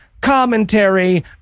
commentary